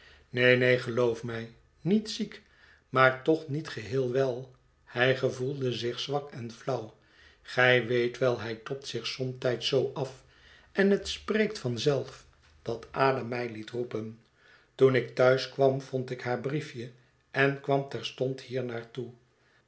neen neen geloof mij niet ziek maar toch niet geheel wel hij gevoelde zich zwak en flauw gij weet wel hij tobt zich somtijds zoo af en het spreekt van zelf dat ada mij liet roepen toen ik thuis kwam vond ik haar briefje en kwam terstond hier naar